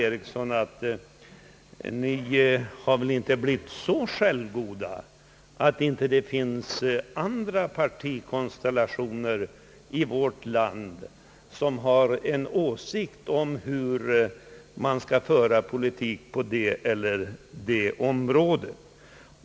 Ni har väl inte, herr Einar Eriksson, blivit så självgoda, att det inte för er finns andra partikonstellationer i vårt land som har en åsikt om hur man skall bedriva politik på det ena eller andra området.